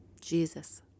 Jesus